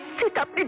pick up